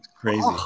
crazy